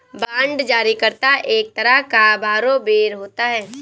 bond जारी करता एक तरह का बारोवेर होता है